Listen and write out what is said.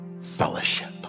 fellowship